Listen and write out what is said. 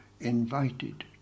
invited